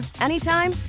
anytime